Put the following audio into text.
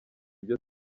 ibyo